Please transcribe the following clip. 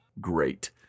great